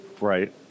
Right